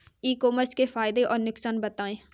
ई commerce के फायदे और नुकसान बताएँ?